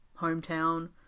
hometown